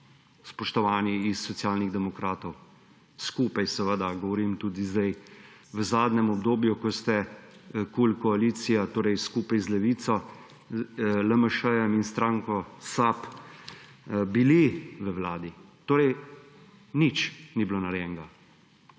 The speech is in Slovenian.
spoštovani iz Socialnih demokratov. Skupaj seveda govorim tudi zdaj, v zadnjem obdobju, ko ste KUL koalicija, torej skupaj z Levico, LMŠ in stranko SAB, bili v vladi. Torej, nič ni bilo narejenega